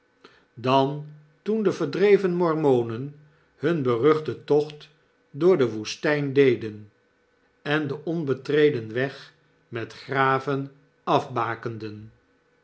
dan toen de verdreven mormonen hun beruchten tocht door de woestijn deden en den onbetreden weg met graven afbakenden